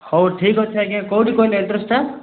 ହଉ ଠିକ୍ ଅଛି ଆଜ୍ଞା କେଉଁଠି କହିଲେ ଆଡ୍ରେସ୍ଟା